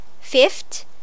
Fifth